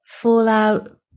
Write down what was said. fallout